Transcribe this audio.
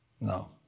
No